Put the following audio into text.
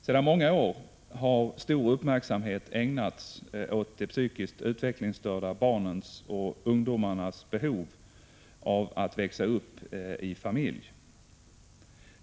Sedan många år har stor uppmärksamhet ägnats de psykiskt utvecklingsstörda barnens och ungdomarnas behov av att växa upp i familj.